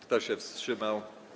Kto się wstrzymał?